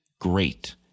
great